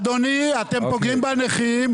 אנחנו נכים קשים שנפגעים מהנושא הזה.